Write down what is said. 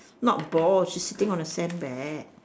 not ball she sitting on a sandbag